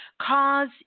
cause